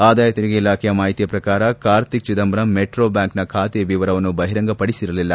ಆದಾಯ ತೆರಿಗೆ ಇಲಾಖೆಯ ಮಾಹಿತಿಯ ಪ್ರಕಾರ ಕಾರ್ತಿಕ್ ಚಿದಂಬರಂ ಮೆಟ್ರೋ ಬ್ಲಾಂಕ್ನ ಖಾತೆಯ ವಿವರವನ್ನು ಬಹಿರಂಗ ಪಡಿಸಿರಲಿಲ್ಲ